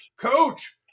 Coach